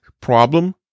problem